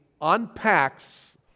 unpacks